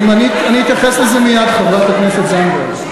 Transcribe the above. אתייחס לזה מייד, חברת הכנסת זנדברג.